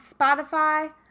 Spotify